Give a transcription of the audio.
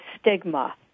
stigma